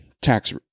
tax